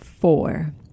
four